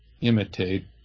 imitate